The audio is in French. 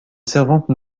servante